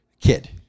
kid